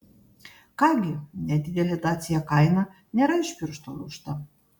ką gi nedidelė dacia kaina nėra iš piršto laužta